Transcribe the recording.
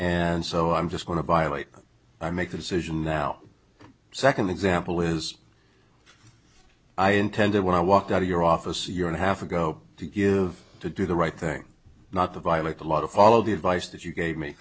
and so i'm just going to violate i make a decision now the second example is i intended when i walked out of your office year and a half ago to give to do the right thing not to violate the law to follow the advice that you gave me